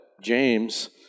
James